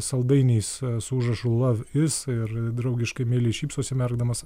saldainiais su užrašu lav is ir draugiškai meiliai šypsosi merkdamas